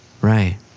Right